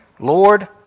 Lord